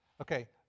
Okay